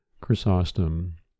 Chrysostom